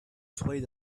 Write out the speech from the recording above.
swayed